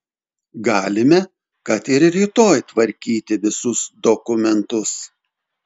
galime kad ir rytoj tvarkyti visus dokumentus